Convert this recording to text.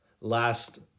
last